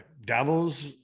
devils